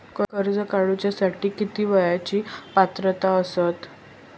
कर्ज काढूसाठी किती वयाची पात्रता असता?